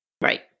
Right